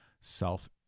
self